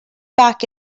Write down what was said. back